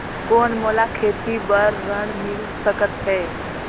कौन मोला खेती बर ऋण मिल सकत है?